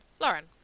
Lauren